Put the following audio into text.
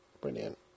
Brilliant